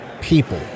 people